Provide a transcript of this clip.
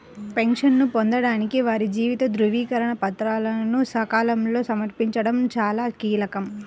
పెన్షన్ను పొందడానికి వారి జీవిత ధృవీకరణ పత్రాలను సకాలంలో సమర్పించడం చాలా కీలకం